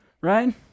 right